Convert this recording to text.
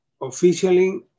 officially